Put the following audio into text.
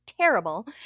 terrible